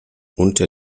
unter